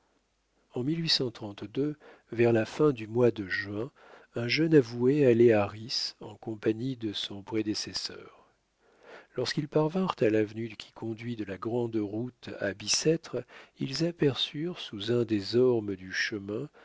en vers la fin du mois de juin un jeune avoué allait à ris en compagnie de son prédécesseur lorsqu'ils parvinrent à l'avenue qui conduit de la grande route à bicêtre ils aperçurent sous un des ormes du chemin